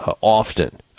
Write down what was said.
often